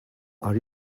are